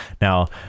now